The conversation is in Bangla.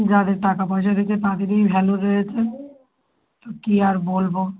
যাদের টাকা পয়সা রয়েছে তাদেরই ভ্যালু রয়েছে তো কী আর বলব